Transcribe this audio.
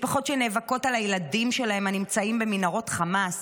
משפחות שנאבקות על הילדים שלהם הנמצאים במנהרות חמאס,